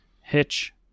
hitch